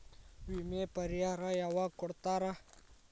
ವಿಮೆ ಪರಿಹಾರ ಯಾವಾಗ್ ಕೊಡ್ತಾರ?